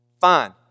Fine